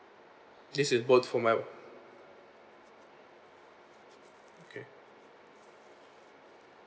this is work for my okay